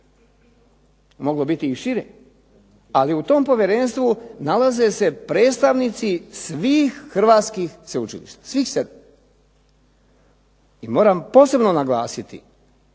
moglo biti i šire. Ali u tom povjerenstvu nalaze se predstavnici svih hrvatskih sveučilišta, svih 7. i moram posebno naglasiti